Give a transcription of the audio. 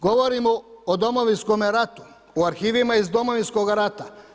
Govorimo o Domovinskome ratu, o arhivima iz Domovinskog rata.